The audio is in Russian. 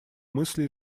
мысли